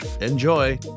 Enjoy